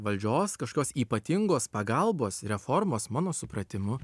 valdžios kažkokios ypatingos pagalbos reformos mano supratimu